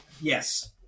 Yes